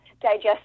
digest